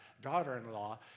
daughter-in-law